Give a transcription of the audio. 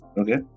Okay